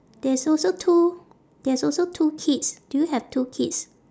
there's also two there's also two kids do you have two kids